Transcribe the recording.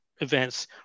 Events